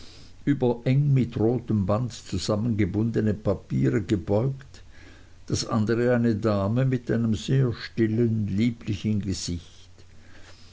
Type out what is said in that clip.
über eng mit rotem band zusammengebundene papiere gebeugt das andere eine dame mit einem sehr stillen lieblichen gesicht